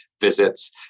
visits